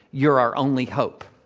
you're our only hope.